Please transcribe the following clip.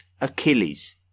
achilles